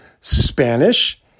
Spanish